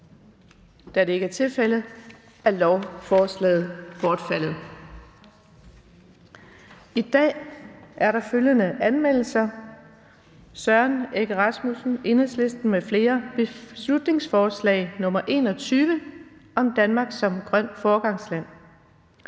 Da det ikke er tilfældet, er lovforslaget bortfaldet. I dag er der følgende anmeldelser: Søren Egge Rasmussen (EL) m.fl.: Beslutningsforslag nr. B 21 (Forslag